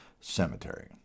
cemetery